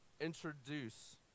introduce